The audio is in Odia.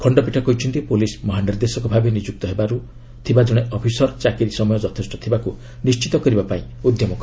ଖଣ୍ଡପୀଠ କହିଛନ୍ତି ପୁଲିସ୍ ମହାନିର୍ଦ୍ଦେଶକ ଭାବେ ନିଯୁକ୍ତ ହେବାକୁ ଥିବା ଜଣେ ଅଫିସରଙ୍କର ଚାକିରି ସମୟ ଯଥେଷ୍ଟ ଥିବାକୁ ନିର୍ଣ୍ଣିତ କରିବାପାଇଁ ଉଦ୍ୟମ କରାଯିବ